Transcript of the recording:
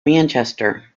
manchester